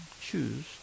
choose